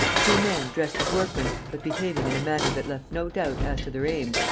two men, dressed as workmen, but behaving in a manner that left no doubt as to their aims,